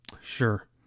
Sure